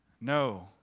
no